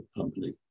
company